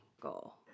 goal